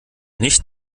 nicht